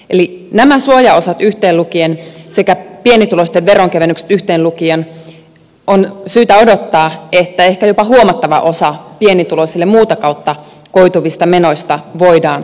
eli nämä suojaosat yhteen lukien sekä pienituloisten veronkevennykset yhteen lukien on syytä odottaa että ehkä jopa huomattava osa pienituloisille muuta kautta koituvista menoista voidaan hyvittää